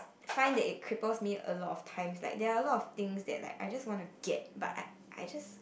find that it cripples me a lot of times like there are a lot of things that like I just want to get but I I just